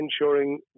ensuring